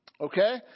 Okay